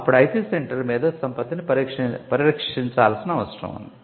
అప్పుడు IP centre మేధో సంపత్తిని పరీక్షించాల్సిన అవసరం ఉంది